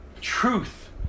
truth